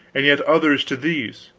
and yet others to these,